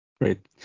Great